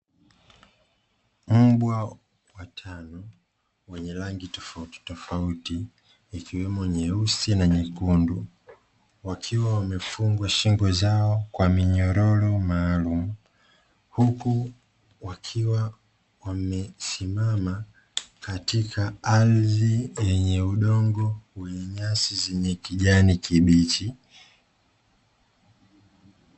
Mbwa watano wenye rangi tofautitofauti, ikiwemo nyeusi na nyekundu, wakiwa wamefungwa shingo zao kwa minyororo maalumu, huku wakiwa wamesimama katika ardhi yenye udongo wenye nyasi zenye kijani kibichi.